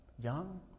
young